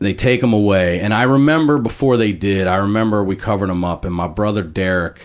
they take him away. and i remember before they did, i remember we covered him up and my brother derek